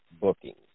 bookings